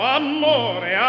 amore